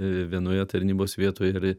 vienoje tarnybos vietoje ir